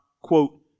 quote